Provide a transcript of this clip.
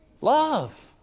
love